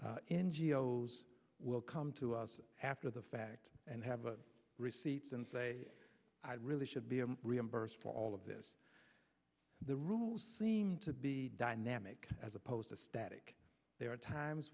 o s will come to us after the fact and have receipts and say i really should be reimbursed for all of this the rules seem to be dynamic as opposed to static there are times